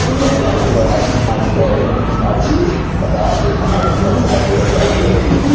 and i feel like my story and its essence is about unintended hardship, but really,